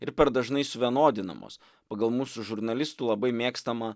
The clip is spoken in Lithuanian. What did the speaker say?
ir per dažnai suvienodinamos pagal mūsų žurnalistų labai mėgstamą